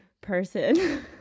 person